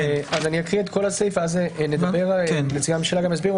אני אקרא את הסעיף ואז נציגי הממשלה יסבירו